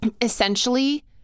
essentially